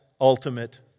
ultimate